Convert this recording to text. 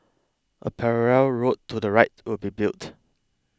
a parallel road to the right will be built